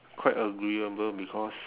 quite agreeable because